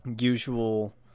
usual